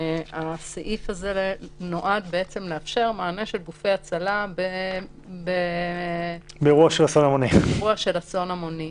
הסעיף הזה נועד בעצם לאפשר מענה של גופי הצלה באירוע של אסון המוני.